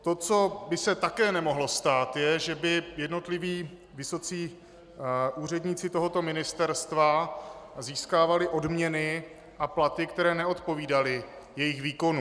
To, co by se také nemohlo stát, je, že by jednotliví vysocí úředníci tohoto ministerstva získávali odměny a platy, které neodpovídaly jejich výkonu.